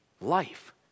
Life